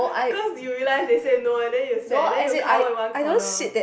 cause you realized they said no and then you sat and then you cover at one corner